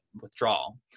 withdrawal